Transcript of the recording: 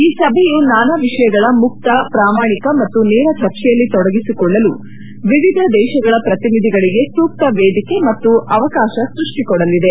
ಈ ಸಭೆಯು ನಾನಾ ವಿಷಯಗಳ ಮುಕ್ತ ಪ್ರಾಮಾಣಿಕ ಮತ್ತು ನೇರ ಚರ್ಚೆಯಲ್ಲಿ ತೊಡಗಿಸಿಕೊಳ್ಳಲು ವಿವಿಧ ದೇತಗಳ ಪ್ರತಿನಿಧಿಗಳಿಗೆ ಸೂಕ್ತ ವೇದಿಕೆ ಮತ್ತು ಅವಕಾತ ಸೃಷ್ಷಿಸಿಕೊಡಲಿದೆ